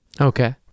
Okay